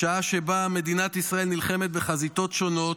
בשעה שבה מדינת ישראל נלחמת בחזיתות שונות,